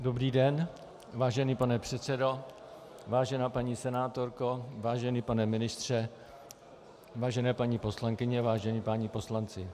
Dobrý den, vážený pane předsedo, vážená paní senátorko, vážený pane ministře, vážené paní poslankyně, vážení páni poslanci.